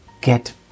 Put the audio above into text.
get